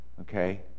okay